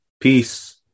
peace